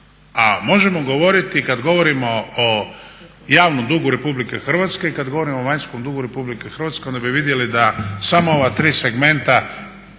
A možemo govoriti kad govorimo o javnom dugu RH i kad govorimo o vanjskom dugu RH onda bi vidjeli da samo ova tri segmenta